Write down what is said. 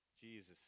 Jesus